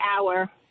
hour